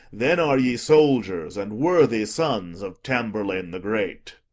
then are ye soldiers, and worthy sons of tamburlaine the great.